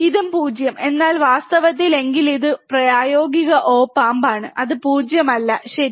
ഇതും 0 എന്നാൽ വാസ്തവത്തിൽ എങ്കിൽ ഇത് പ്രായോഗിക ഓപ് ആമ്പാണ് അത് 0 അല്ല ശരി